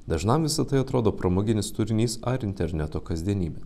dažnam visa tai atrodo pramoginis turinys ar interneto kasdienybė